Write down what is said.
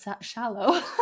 shallow